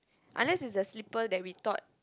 unless is the slipper that we thought